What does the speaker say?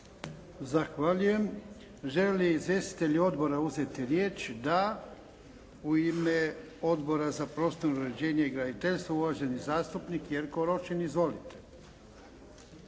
Zahvaljujem. Žele li izvjestitelji odbora uzeti riječ? Da. U ime Odbora za prostorno uređenje i graditeljstvo uvaženi zastupnik Jerko Rošin. Izvolite.